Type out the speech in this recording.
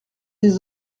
des